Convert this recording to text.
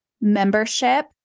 membership